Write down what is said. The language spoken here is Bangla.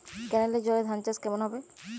কেনেলের জলে ধানচাষ কেমন হবে?